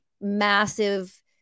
massive